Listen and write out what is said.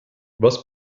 was